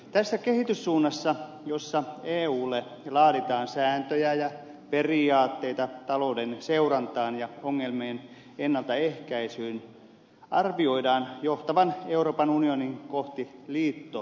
tämän kehityssuunnan jossa eulle laaditaan sääntöjä ja periaatteita talouden seurantaan ja ongelmien ennaltaehkäisyyn arvioidaan johtavan euroopan unionin kohti liittovaltiota